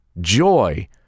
joy